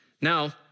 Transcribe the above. Now